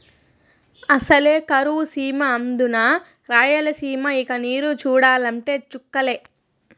అసలే కరువు సీమ అందునా రాయలసీమ ఇక నీరు చూడాలంటే చుక్కలే